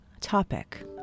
topic